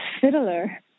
fiddler